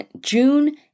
June